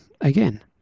again